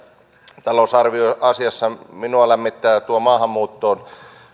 lisätalousarvioasiassa minua lämmittää tuo